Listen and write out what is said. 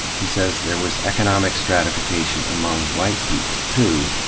he says there was economic stratification among white people, too,